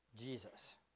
Jesus